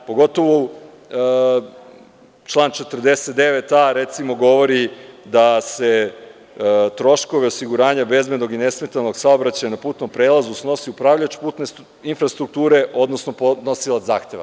Pogotovo član 49a recimo govori da setroškovi osiguranja bezbednog i nesmetanog saobraćaja na putnom prelazu snosi upravljač putne infrastrukture, odnosno podnosilac zahteva.